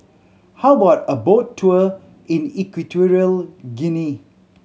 how about a boat tour in Equatorial Guinea